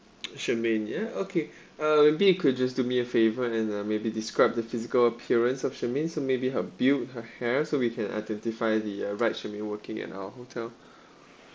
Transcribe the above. shermaine ya okay uh maybe you could just do me a favor and uh maybe describe the physical appearance of shermaine so maybe her build her hair so we can identify the uh right shermaine working at our hotel